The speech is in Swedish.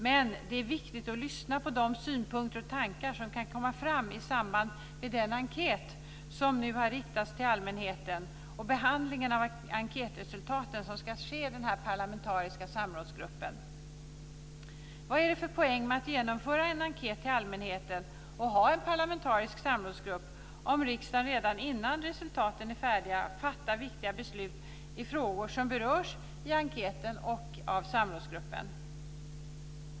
Men det är viktigt att lyssna på de synpunkter och tankar som kan komma fram i samband med den enkät som nu har riktats till allmänheten och att avvakta behandlingen av enkätresultaten, som ska ske i den parlamentariska samrådsgruppen. Vad är det för poäng med att genomföra en enkät till allmänheten och ha en parlamentarisk samrådsgrupp om riksdagen redan innan resultaten är färdiga fattar viktiga beslut i frågor som berörs i enkäten och av samrådsgruppen?